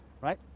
Right